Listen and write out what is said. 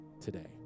today